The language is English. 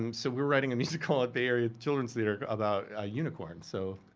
um so we're writing a musical at the area children's theater about ah unicorns. so,